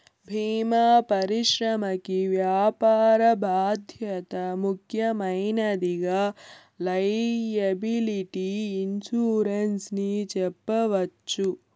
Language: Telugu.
భీమా పరిశ్రమకి వ్యాపార బాధ్యత ముఖ్యమైనదిగా లైయబిలిటీ ఇన్సురెన్స్ ని చెప్పవచ్చు